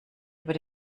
über